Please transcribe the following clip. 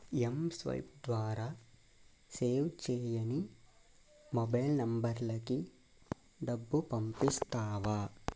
mSwipe ద్వారా సేవ్ చేయని మొబైల్ నంబర్లకి డబ్బు పంపిస్తావా